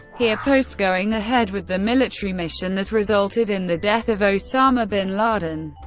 he opposed going ahead with the military mission that resulted in the death of osama bin laden.